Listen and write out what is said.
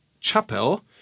chapel